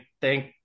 thank